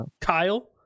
Kyle